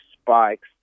spikes